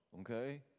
okay